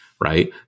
right